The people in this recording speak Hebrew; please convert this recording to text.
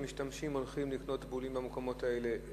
משתמשים הולכים לקנות בולים במקומות האלה,